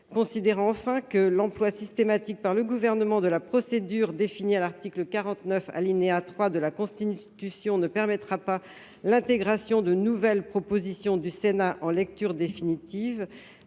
considérant enfin que l'emploi systématique par le gouvernement de la procédure définie à l'article 49 alinéa 3 de la Constitution ne permettra pas l'intégration de nouvelles propositions du Sénat en lecture définitive